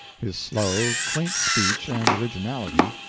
his slow, quaint speech and originality,